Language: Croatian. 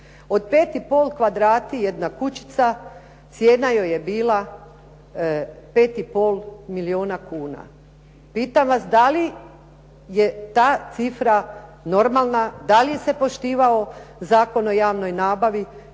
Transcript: gdje je, od 5,5 kvadrata jedna kućica cijena joj je bila 5,5 milijuna kuna. Pitam vas da li je ta cifra normalna? Da li se poštivao Zakon o javnoj nabavi?